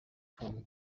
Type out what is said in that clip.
von